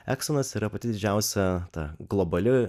eksonas yra pati didžiausia ta globali